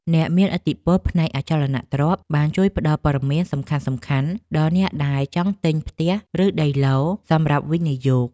អ្នកមានឥទ្ធិពលផ្នែកអចលនទ្រព្យបានជួយផ្ដល់ព័ត៌មានសំខាន់ៗដល់អ្នកដែលចង់ទិញផ្ទះឬដីឡូតិ៍សម្រាប់វិនិយោគ។